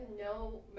no